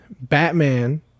Batman